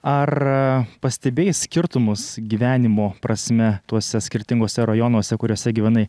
ar pastebėjai skirtumus gyvenimo prasme tuose skirtinguose rajonuose kuriuose gyvenai